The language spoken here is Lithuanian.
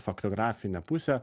faktografinę pusę